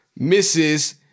Mrs